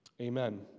Amen